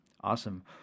Awesome